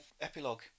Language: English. epilogue